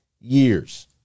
years